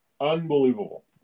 unbelievable